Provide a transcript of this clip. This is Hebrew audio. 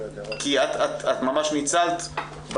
כי את ממש ניצלת,